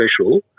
special